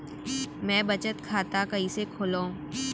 मै बचत खाता कईसे खोलव?